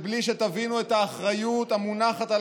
שבלי שתבינו את האחריות המונחת על